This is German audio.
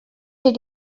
sie